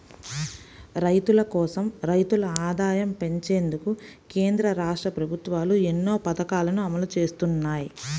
రైతుల కోసం, రైతుల ఆదాయం పెంచేందుకు కేంద్ర, రాష్ట్ర ప్రభుత్వాలు ఎన్నో పథకాలను అమలు చేస్తున్నాయి